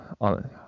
on